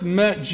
met